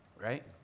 right